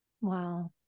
Wow